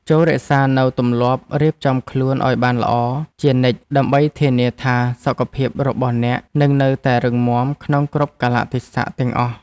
ចូររក្សានូវទម្លាប់រៀបចំខ្លួនឱ្យបានល្អជានិច្ចដើម្បីធានាថាសុខភាពរបស់អ្នកនឹងនៅតែរឹងមាំក្នុងគ្រប់កាលៈទេសៈទាំងអស់។